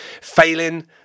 Failing